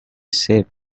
shape